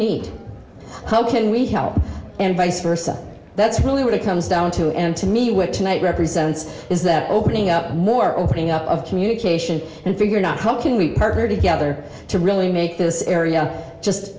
need how can we help and vice versa that's really what it comes down to and to me what tonight represents is that opening up more opening up of communication and figured out how can we partner together to really make this area just